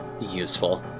useful